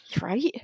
Right